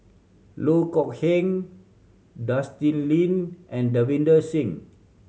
Loh Kok Heng Justin Lean and Davinder Singh